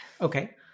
Okay